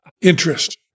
interest